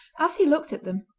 as he looked at them,